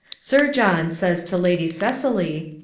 sir john says to lady cicely,